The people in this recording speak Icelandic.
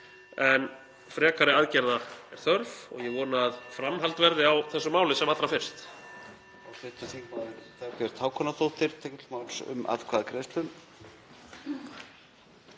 en frekari aðgerða er þörf og ég vona að framhald verði á þessu máli sem allra fyrst.